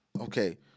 okay